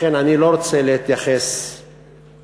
לכן אני לא רוצה להתייחס להצעה,